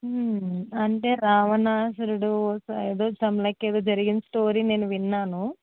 అంటే రావణాసురుడు ఏదో సమ్ లైక్ ఏదో జరిగిన స్టోరీ నేను విన్నాను